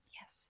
Yes